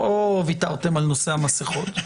לא ויתרתם על מסכות,